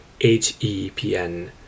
HEPN